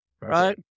right